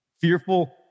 fearful